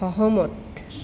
সহমত